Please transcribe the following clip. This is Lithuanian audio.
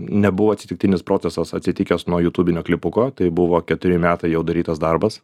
nebuvo atsitiktinis procesas atsitikęs nuo jutūbinio klipuko tai buvo keturi metai jau darytas darbas